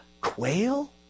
quail